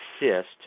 assist